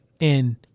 and-